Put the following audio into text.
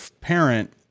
parent